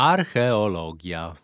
Archeologia